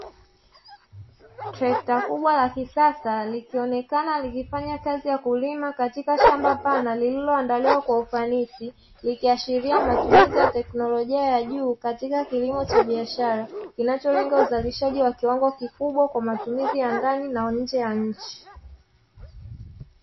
Trekta kubwa la kisasa likionekana likifanya kazi ya kulima katika shamba pana lililoandaliwa kwa ufanisi, likiashiria matumizi ya teknolojia ya juu katika kilimo cha biashara kinacholenga uzalishaji wa kiwango kikubwa kwa matumizi ya ndani na nje ya nchi.